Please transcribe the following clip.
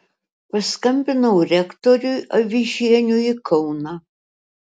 paskambinau rektoriui avižieniui į kauną